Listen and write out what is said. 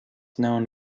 known